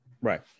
Right